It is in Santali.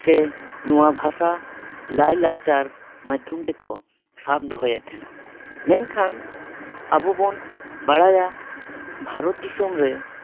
ᱥᱮ ᱱᱚᱣᱟ ᱵᱷᱟᱥᱟ ᱞᱟᱭ ᱞᱟᱠᱪᱟᱨ ᱢᱟᱫᱽᱫᱷᱚᱢ ᱛᱮᱠᱚ ᱥᱟᱵ ᱫᱚᱦᱚᱭᱮᱫ ᱛᱟᱦᱮᱸᱱᱟ ᱢᱮᱱᱠᱷᱟᱱ ᱟᱵᱚᱵᱚᱱ ᱵᱟᱲᱟᱭᱟ ᱵᱷᱟᱨᱚᱛ ᱫᱤᱥᱚᱢ ᱨᱮ